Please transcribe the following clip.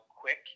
quick